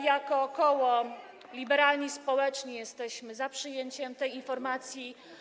Jako koło Liberalno-Społeczni jesteśmy za przyjęciem tej informacji.